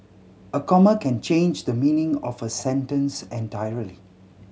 a comma can change the meaning of a sentence entirely